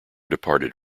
departed